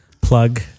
plug